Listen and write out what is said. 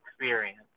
experience